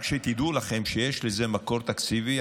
רק שתדעו לכם שיש לזה מקור תקציבי,